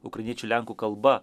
ukrainiečių lenkų kalba